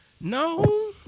no